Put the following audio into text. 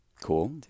Cool